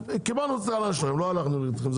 קיבלנו את ההערה שלכם לא הלכנו לקראתכם,